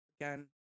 Again